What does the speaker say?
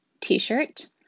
T-shirt